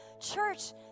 church